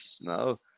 No